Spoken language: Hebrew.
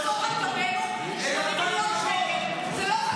בעולם ההפוך שלכם גם הרשעה בשחיתות היא לא שחיתות.